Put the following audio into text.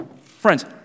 Friends